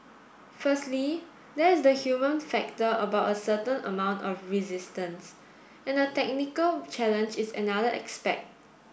firstly there is the human factor about a certain amount of resistance and the technical challenge is another aspect